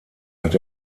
hat